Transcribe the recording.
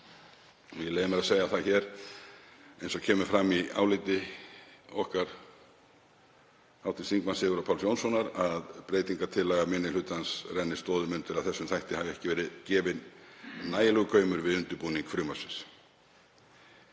Ég leyfi mér að segja það hér, eins og kemur fram í áliti okkar hv. þm. Sigurðar Páls Jónssonar, að breytingartillaga minni hlutans rennir stoðum undir að þessum þætti hafi ekki verið gefinn nægilegur gaumur við undirbúning frumvarpsins.